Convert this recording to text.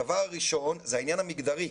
הדבר הראשון זה העניין המגדרי.